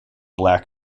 black